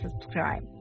subscribe